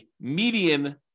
median